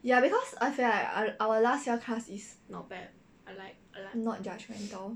ya because I feel like our our last year class is not judgmental